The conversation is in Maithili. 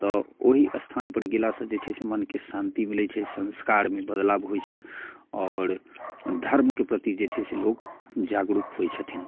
तऽ ओहि स्थानपर गेलासँ जे छै से मनके शान्ति मिलै छै संस्कारमे बदलाव होइ छै आओर धर्मके प्रति जे छै से लोक जागरूक होइ छथिन